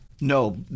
No